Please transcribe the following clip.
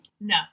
No